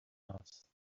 house